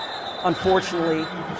unfortunately